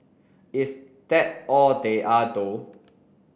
is that all they are though